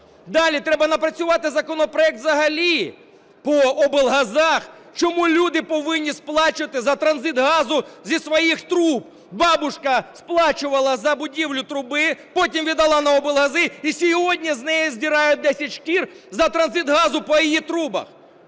Далі. Треба напрацювати законопроект взагалі по облгазах. Чому люди повинні сплачувати за транзит газу зі своїх труб? Бабушка сплачувала за будівлю труби, потім віддала на облгази - і сьогодні з неї здирають десять шкір за транзит газу по її трубах.